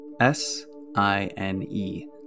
S-I-N-E